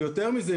ויותר מזה,